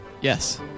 Yes